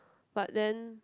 but then